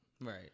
right